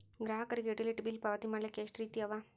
ಗ್ರಾಹಕರಿಗೆ utility bill ಪಾವತಿ ಮಾಡ್ಲಿಕ್ಕೆ ಎಷ್ಟ ರೇತಿ ಅವ?